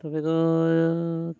ᱛᱚᱵᱮ ᱫᱚ